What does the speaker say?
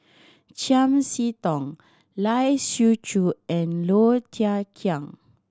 Chiam See Tong Lai Siu Chiu and Low Thia Khiang